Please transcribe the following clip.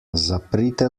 zaprite